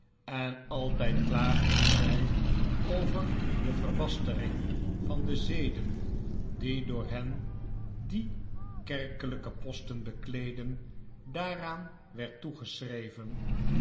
en altijd klaagden zij over de verbastering van de zeden die door hen die kerkelijke posten bekleedden daaraan werd